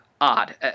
Odd